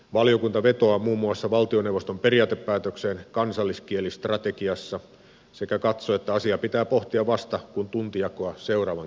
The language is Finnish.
valiokunta vetoaa muun muassa valtioneuvoston periaatepäätökseen kansalliskielistrategiassa sekä katsoo että asiaa pitää pohtia vasta kun tuntijakoa seuraavan kerran uudistetaan